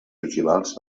ogivals